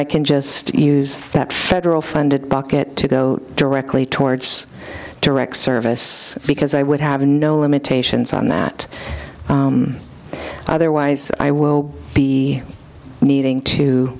i can just use that federal funded bucket to go directly towards direct service because i would have no limitations on that otherwise i will be needing to